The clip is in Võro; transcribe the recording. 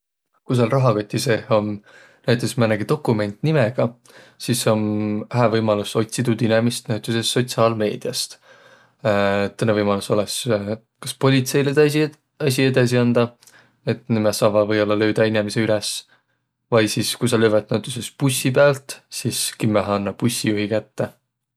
Ku sääl rahakoti seeh om näütüses määnegi dokument nimega, sis om hää võimalus otsiq tuud inemist näütüses sotsiaalmeediäst. Tõõnõ võimalus olõs kas politseile esiq edesi andaq, et nimäq saavaq või-ollaq löüdäq inemise üles, vai sis ku sa lövvät näütüses bussi päält, sis kimmähe annaq bussijuhi kätte.